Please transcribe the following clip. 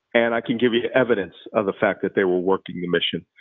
and i can give you evidence of the fact that they were working the mission.